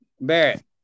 Barrett